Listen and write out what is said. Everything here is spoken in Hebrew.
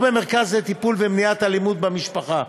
או במרכז לטיפול ומניעת אלימות במשפחה,